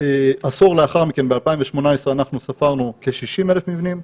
עשור לאחר מכן ב-2018 ספרנו כ-60,000 מבנים,